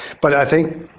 but i think